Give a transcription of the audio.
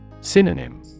Synonym